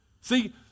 See